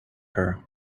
her